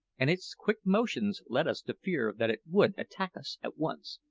and its quick motions led us to fear that it would attack us at once.